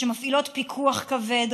שמפעילות פיקוח כבד,